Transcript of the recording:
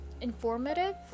informative